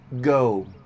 go